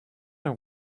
are